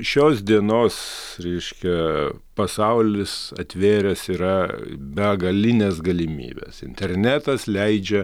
šios dienos reiškia pasaulis atvėręs yra begalines galimybes internetas leidžia